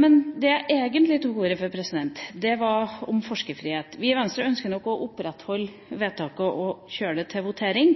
Men det jeg egentlig tok ordet for, var for å si noe om forskerfrihet. Vi i Venstre ønsker nok å opprettholde vedtaket og kjøre det til votering,